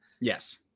Yes